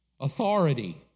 authority